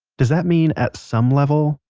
does that mean, at some level,